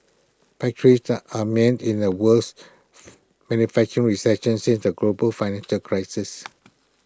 factories are mend in the worst manufacturing recession since the global financial crisis